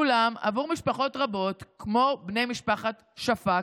אולם עבור משפחות רבות, כמו בני משפחת שפק,